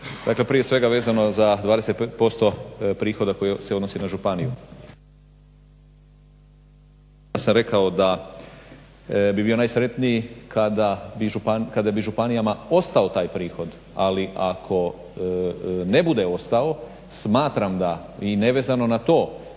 dakle prije svega vezano za 20% prihoda koji se odnosi na županiju. Ja sam rekao da bi bio najsretniji kada bi županijama ostao taj prihod ali ako ne bude ostao smatram da i nevezano na to